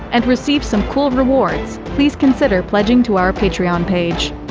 and receive some cool rewards, please consider pledging to our patreon page.